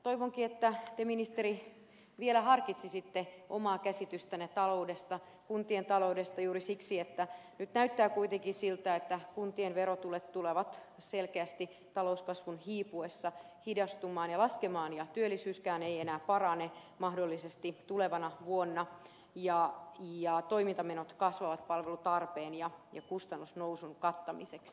toivonkin että te ministeri vielä harkitsisitte omaa käsitystänne kuntien taloudesta juuri siksi että nyt näyttää kuitenkin siltä että kuntien verotulot tulevat selkeästi talouskasvun hiipuessa hidastumaan ja laskemaan ja työllisyyskään ei enää parane mahdollisesti tulevana vuonna ja toimintamenot kasvavat palvelutarpeen ja kustannusnousun kattamiseksi